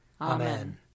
Amen